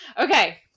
Okay